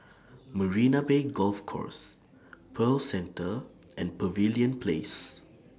Marina Bay Golf Course Pearl Center and Pavilion Place